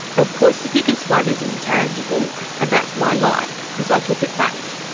of course the biggest one is intangible, and that's my life because i took it back.